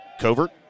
Covert